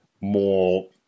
more